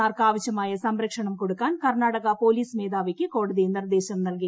mark ആവശ്യമായ സംരക്ഷണം കൊടുക്കാൻ കർണാടക പോലീസ് മേധാവിക്ക് കോടതി നിർദ്ദേശം നൽകി